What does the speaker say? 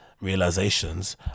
realizations